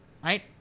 Right